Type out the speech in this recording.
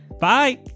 Bye